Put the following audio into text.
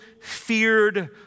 feared